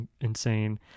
insane